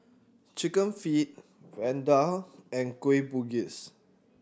Chicken Feet Vadai and Kueh Bugis